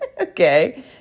Okay